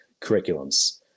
curriculums